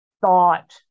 thought